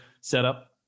setup